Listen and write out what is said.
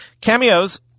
cameos